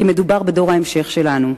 כי מדובר בדור ההמשך שלנו,